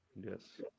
Yes